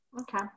Okay